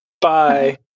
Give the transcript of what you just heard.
Bye